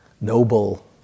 noble